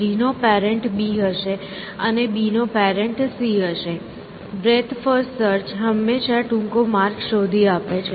G નો parent B હશે અને B નો પેરેન્ટ C હશે બ્રેડ્થ ફર્સ્ટ સર્ચ હંમેશા ટૂંકો માર્ગ શોધી આપે છે